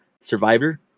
Survivor